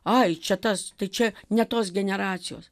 ai čia tas čia ne tos generacijos